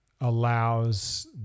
allows